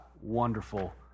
wonderful